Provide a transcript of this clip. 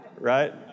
right